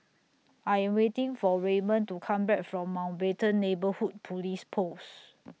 I'm waiting For Raymon to Come Back from Mountbatten Neighbourhood Police Post